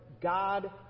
God